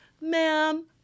ma'am